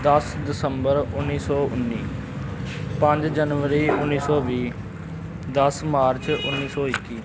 ਦਸ ਦਸੰਬਰ ਉੱਨੀ ਸੌ ਉੱਨੀ ਪੰਜ ਜਨਵਰੀ ਉੱਨੀ ਸੌ ਵੀਹ ਦਸ ਮਾਰਚ ਉੱਨੀ ਸੌ ਇੱਕੀ